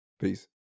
Peace